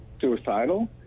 suicidal